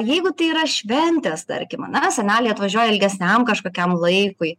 jeigu tai yra šventės tarkim ane seneliai atvažiuoja ilgesniam kažkokiam laikui